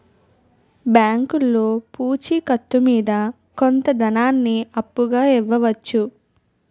బ్యాంకులో పూచి కత్తు మీద కొంత ధనాన్ని అప్పుగా ఇవ్వవచ్చు